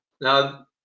Now